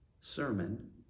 sermon